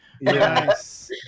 Yes